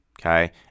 okay